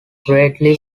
greatly